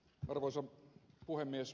arvoisa puhemies